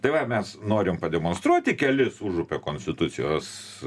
tai va mes norim pademonstruoti kelis užupio konstitucijos